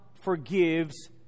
forgives